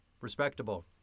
Respectable